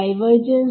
ആയി മാറും